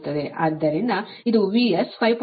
ಆದ್ದರಿಂದ ಇದು VS 5